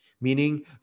Meaning